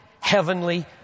heavenly